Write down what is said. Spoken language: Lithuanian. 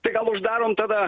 tai gal uždarom tada